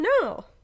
No